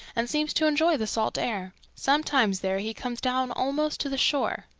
and seems to enjoy the salt air. sometimes there he comes down almost to the shore.